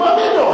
הוא מאמין לו,